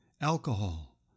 alcohol